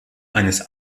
eines